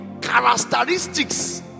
Characteristics